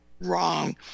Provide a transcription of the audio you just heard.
wrong